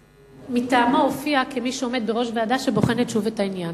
שמטעמו הופיע כמי שעומד בראש ועדה שבוחנת שוב את העניין.